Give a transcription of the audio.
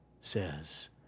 says